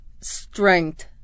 strength